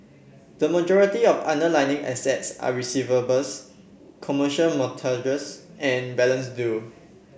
the majority of the underlying assets are receivables commercial mortgages and balances due